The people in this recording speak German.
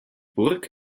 burg